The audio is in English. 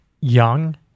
young